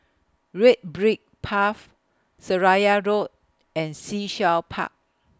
Red Brick Path Seraya Road and Sea Shell Park